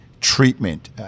treatment